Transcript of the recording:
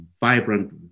vibrant